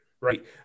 Right